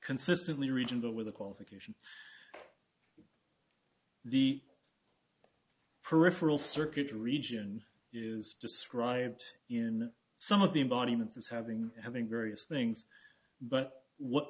consistently regions over the qualification the peripheral circuit region is described in some of the embodiments as having having various things but what